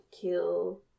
kill